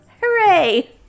Hooray